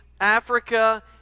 Africa